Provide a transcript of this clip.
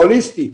הוליסטי,